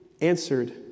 answered